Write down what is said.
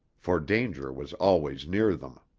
for danger was always near them.